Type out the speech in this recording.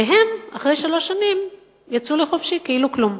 והם, אחרי שלוש שנים יצאו לחופשי, כאילו כלום.